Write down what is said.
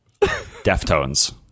Deftones